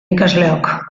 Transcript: ikasleok